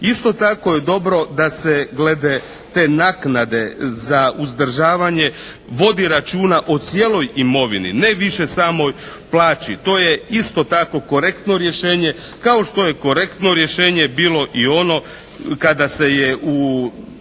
Isto tako je dobro da se glede te naknade za uzdržavanje vodi računa o cijeloj imovini, ne više samoj plaći. To je isto tako korektno rješenje kao što je korektno rješenje bilo i ono kada se je u